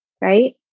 Right